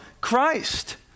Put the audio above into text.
Christ